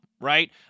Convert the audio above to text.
right